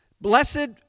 Blessed